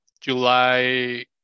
July